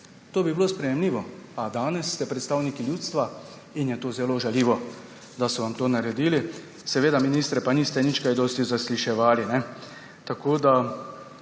bi bilo to sprejemljivo.A danes ste predstavniki ljudstva in je zelo žaljivo, da so vam to naredili. Seveda, ministrov pa niste nič kaj dosti zasliševali. Še